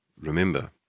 Remember